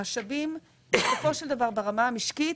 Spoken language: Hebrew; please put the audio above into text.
המשאבים בסופו של דבר ברמה המשקית,